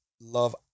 love